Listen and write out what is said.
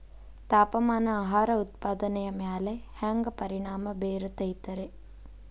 ತಾಪಮಾನ ಆಹಾರ ಉತ್ಪಾದನೆಯ ಮ್ಯಾಲೆ ಹ್ಯಾಂಗ ಪರಿಣಾಮ ಬೇರುತೈತ ರೇ?